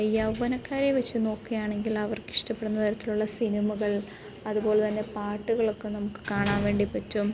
യൗവ്വനക്കാരെ വെച്ച് നോക്കുകയാണെങ്കിൽ അവർക്കിഷ്ടപ്പെടുന്ന തരത്തിലുള്ള സിനിമകൾ അതുപോലെത്തന്നെ പാട്ടുകളൊക്കെ നമുക്ക് കാണാൻ വേണ്ടി പറ്റും